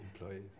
employees